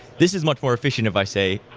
this is much more efficient if i say,